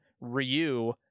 Ryu